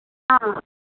ആ